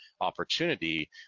opportunity